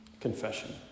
Confession